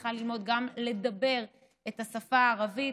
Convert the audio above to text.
צריכה ללמוד לדבר גם את השפה הערבית,